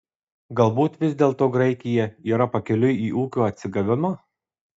galbūt vis dėlto graikija yra pakeliui į ūkio atsigavimą